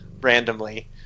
randomly